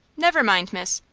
never mind, miss,